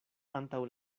antaŭ